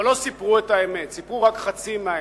אבל לא סיפרו את האמת, סיפרו רק חצי מהאמת.